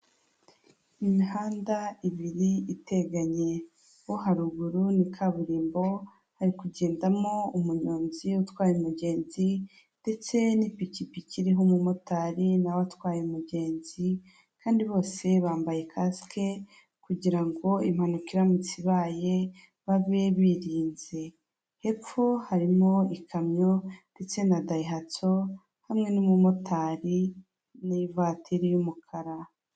Imihanda ibiri iteganye, uwo haruguru ni kaburimbo, hari kugendamo umunyonzi utwaye umugenzi ndetse n'ipikipiki iriho umumotari na we atwaye umugenzi, kandi bose bambaye kasike kugira ngo impanuka iramutse ibaye babe birinze, hepfo harimo ikamyo ndetse na Daihatsu, hamwe n'umumotari n'ivatiri y'umukara.